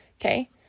okay